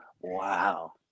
Wow